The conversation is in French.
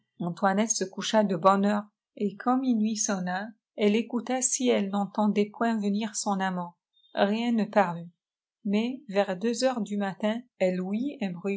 se coucha de bonne heure et quand minuit sonna elle écouta si elle n'entendait point venir son amant rien ne parut mais vers deux heures du matin